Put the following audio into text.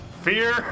Fear